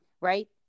right